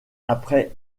après